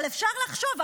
אבל אפשר לחשוב,